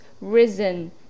risen